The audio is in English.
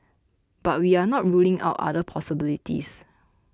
but we are not ruling out other possibilities